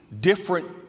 different